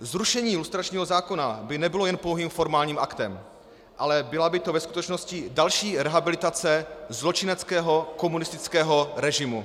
Zrušení lustračního zákona by nebylo jen pouhým formálním aktem, ale byla by to ve skutečnosti další rehabilitace zločineckého komunistického režimu.